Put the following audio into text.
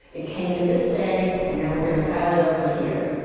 it came in this day. and now we're gonna file it over here.